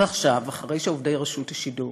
ועכשיו, אחרי שעובדי רשות השידור